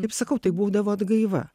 kaip sakau tai būdavo atgaiva